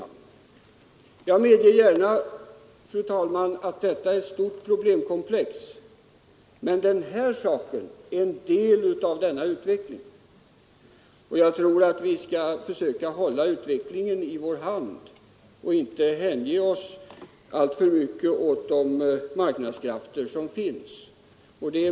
Jag medger gärna, fru talman, att detta problemkomplex är stort, och vad vi nu talar om utgör bara en del av denna utveckling. Jag tror att vi skall försöka hålla utvecklingen i vår hand och inte alltför mycket hänge oss åt de marknadskrafter som finns.